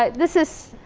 ah this is,